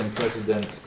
president